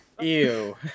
Ew